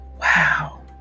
Wow